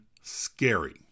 scary